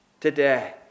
today